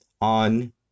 on